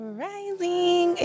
rising